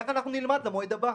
איך אנחנו נלמד למועד הבא?